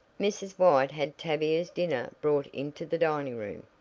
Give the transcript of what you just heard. mrs. white had tavia's dinner brought into the dining-room,